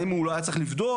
האם היה צריך לבדוק?